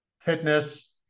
fitness